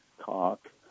talk